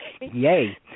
Yay